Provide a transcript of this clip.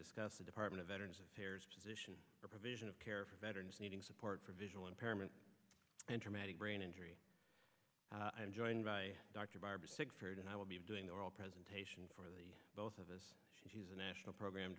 discuss the department of veterans affairs position the provision of care for veterans needing support for visual impairment and traumatic brain injury i'm joined by dr barbara and i will be doing the oral presentation for the both of us she's a national program